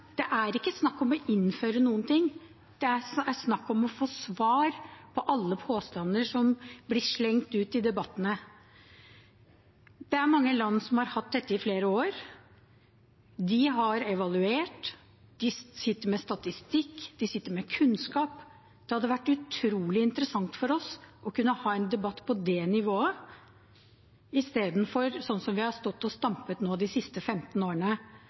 Det er ikke snakk om å innføre noen ting. Det er snakk om å få svar på alle påstander som blir slengt ut i debattene. Det er mange land som har hatt dette i flere år. De har evaluert, de sitter med statistikk, de sitter med kunnskap. Det hadde vært utrolig interessant for oss å kunne ha en debatt på det nivået, istedenfor sånn som vi har stått og stampet de siste 15 årene